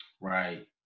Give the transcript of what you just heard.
Right